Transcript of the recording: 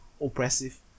oppressive